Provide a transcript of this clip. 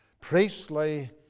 priestly